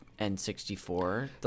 N64